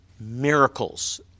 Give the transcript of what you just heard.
Miracles